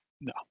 No